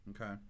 Okay